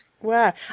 wow